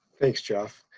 thanks jeff.